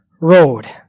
road